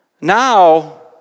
now